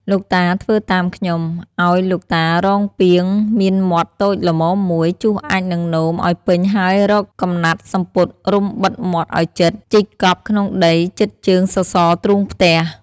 លោកតាធ្វើតាមខ្ញុំ ឱ្យលោកតារកពាងមានមាត់តូចល្មមមួយ ជុះអាចម៍និងនោម ឱ្យពេញហើយរកកំណាត់សំពត់រុំបិទមាត់ឱ្យជិត ជីកកប់ក្នុងដីជិតជើងសសរទ្រូងផ្ទះ។